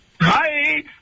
hi